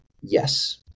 Yes